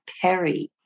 Perry